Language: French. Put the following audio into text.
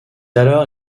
alors